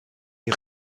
die